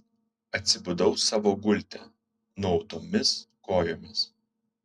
atsibudau savo gulte nuautomis kojomis